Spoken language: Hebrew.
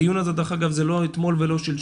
הדיון הזה דרך אגב זה לא מאתמול או שלשום,